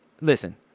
Listen